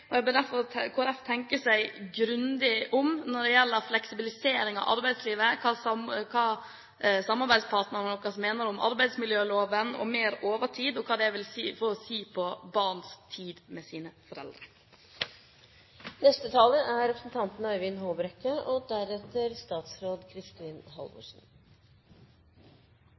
Jeg ber derfor Kristelig Folkeparti tenke seg grundig om når det gjelder fleksibilisering av arbeidslivet, hva samarbeidspartnerne mener om arbeidsmiljøloven og mer overtid, og hva det vil si for barns tid med foreldrene. Jeg vil først ta opp de forslagene som Kristelig Folkeparti står bak i innstillingen. Dette er